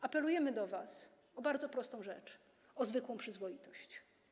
Apelujemy do was o bardzo prostą rzecz: o zwykłą przyzwoitość.